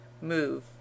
move